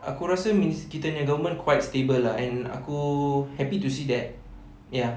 aku rasa minis~ kita nya government quite stable lah and aku happy to see that ya